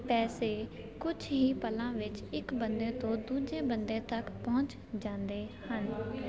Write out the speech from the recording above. ਪੈਸੇ ਕੁਝ ਹੀ ਪਲਾਂ ਵਿੱਚ ਇੱਕ ਬੰਦੇ ਤੋਂ ਦੂਜੇ ਬੰਦੇ ਤੱਕ ਪਹੁੰਚ ਜਾਂਦੇ ਹਨ